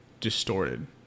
distorted